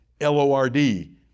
L-O-R-D